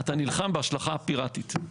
אתה נלחם בהשלכה הפיראטית.